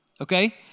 okay